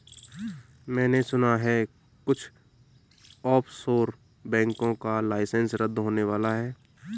मैने सुना है कुछ ऑफशोर बैंकों का लाइसेंस रद्द होने वाला है